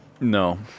No